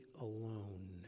alone